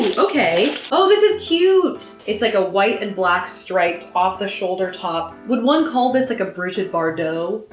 okay! oh! this is cute. it's like a white and black striped off-the-shoulder top would one call this like a brigitte bardot?